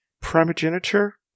primogeniture